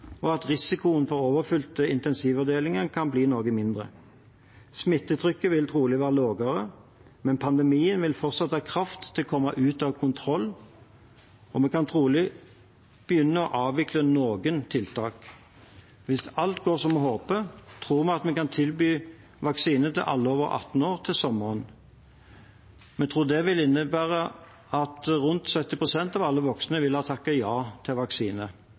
og at risikoen for overfylte intensivavdelinger kan bli noe mindre. Smittetrykket vil trolig være lavere, men pandemien vil fortsatt ha kraft til å komme ut av kontroll. Vi kan trolig begynne å avvikle noen tiltak. Hvis alt går som vi håper, tror vi at vi kan tilby vaksine til alle over 18 år til sommeren. Vi tror det vil innebære at rundt 70 pst. av alle voksne vil ha takket ja til vaksine.